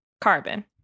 carbon